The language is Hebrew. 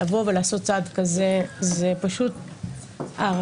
לבוא ולעשות צעד כזה זה פשוט הערכה.